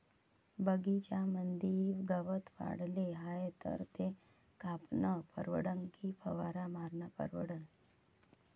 बगीच्यामंदी गवत वाढले हाये तर ते कापनं परवडन की फवारा मारनं परवडन?